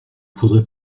faudrait